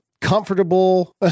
comfortable